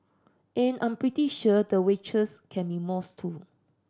and I'm pretty sure the waitress can be moist too